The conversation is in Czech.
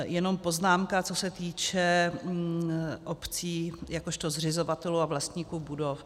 Jen poznámka, co se týče obcí jakožto zřizovatelů a vlastníků budov.